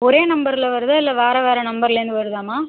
ஒரே நம்பரில் வருதா இல்லை வேற வேற நம்பர்லேர்ந்து வருதாம்மா